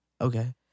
Okay